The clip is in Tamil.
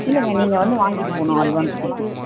இல்லைங்க நீங்கள் வந்து வாங்கிட்டு போகணும் அட்வான்ஸ் கொடுத்துட்டு